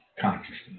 consciousness